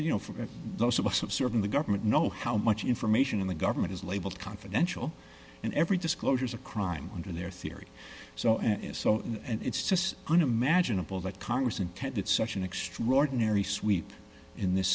you know for those of us of serving the government know how much information in the government is labeled confidential and every disclosure is a crime under their theory so and so and it's just unimaginable that congress intended such an extraordinary sweep in this